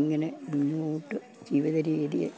ഇങ്ങനെ മുന്നോട്ട് ജീവിതരീതി